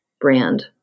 brand